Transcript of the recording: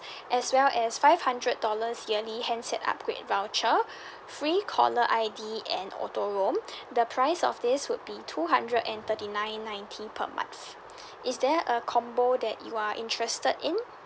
as well as five hundred dollars yearly handset upgrade voucher free caller I_D and auto roam the price of this would be two hundred and thirty nine ninety per month is there a combo that you are interested in